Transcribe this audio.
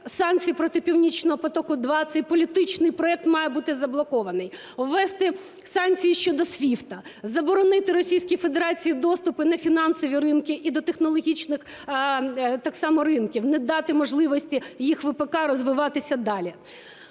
санкції проти "Північного потоку-2", цей політичний проект має бути заблокований. Ввести санкції щодо SWIFT, заборонити Російській Федерації доступи на фінансові ринки і до технологічних так само ринків, не дати можливості їх ВПК розвиватися далі.